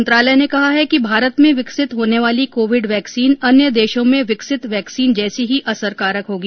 मंत्रालय ने कहा है कि भारत में विकसित होने वाली कोविड वैक्सीन अन्य देशों में विकसित वैक्सीन जैसी ही असरकारक होगी